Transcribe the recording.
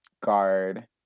Guard